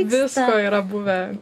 visko yra buvę